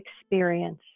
experience